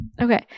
Okay